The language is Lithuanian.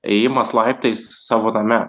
ėjimas laiptais savo name